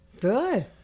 good